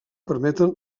permeten